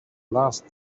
last